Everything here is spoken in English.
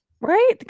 right